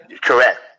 Correct